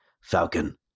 Falcon